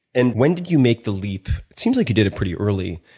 and when did you make the leap it seems like you did it pretty early.